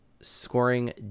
scoring